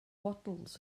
waddles